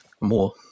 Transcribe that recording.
more